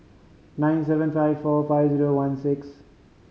nine seven five four five zero one six